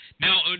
Now